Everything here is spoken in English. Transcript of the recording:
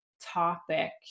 topic